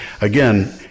again